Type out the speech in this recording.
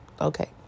okay